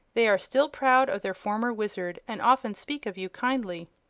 they are still proud of their former wizard, and often speak of you kindly.